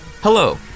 Hello